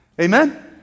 Amen